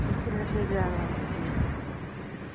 ठिके छै जै रहल छिए